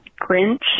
Grinch